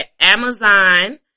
Amazon